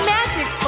Magic